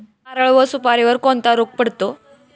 नारळ व सुपारीवर कोणता रोग पडतो?